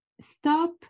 stop